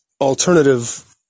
alternative –